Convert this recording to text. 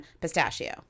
pistachio